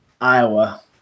Iowa